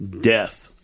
death